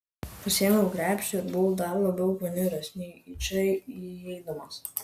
pasiėmiau krepšį ir buvau dar labiau paniuręs nei į čia įeidamas